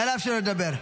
נא לאפשר לו לדבר.